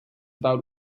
about